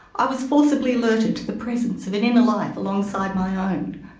i was forcibly alerted to the presence of an inner life alongside my own,